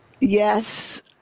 yes